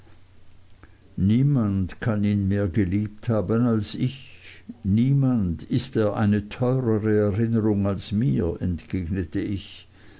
niemand kann ihn mehr geliebt haben als ich niemand ist er eine teuere erinnerung als mir entgegnete ich